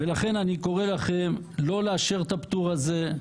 ולכן אני קורא לכם לא לאשר את הפטור הזה.